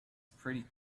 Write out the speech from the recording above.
pretty